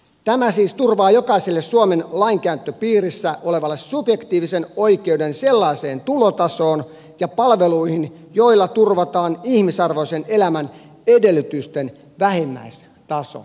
tämä siis turvaa jokaiselle suomen lainkäyttöpiirissä olevalle subjektiivisen oikeuden sellaiseen tulotasoon ja palveluihin joilla turvataan ihmisarvoisen elämän edellytysten vähimmäistaso